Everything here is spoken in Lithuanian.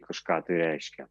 kažką tai reiškia